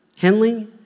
Henley